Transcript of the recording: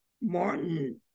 Martin